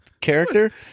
character